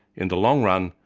in the long run,